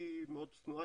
הוא מאוד צנוע,